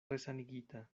resanigita